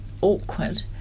awkward